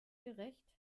gerecht